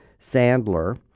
Sandler